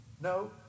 No